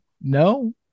No